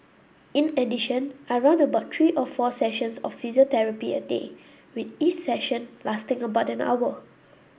in addition I run about three or four sessions of physiotherapy a day with each session lasting about an hour